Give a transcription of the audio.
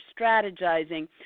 strategizing